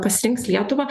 pasirinks lietuvą